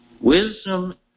wisdom